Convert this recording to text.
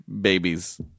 babies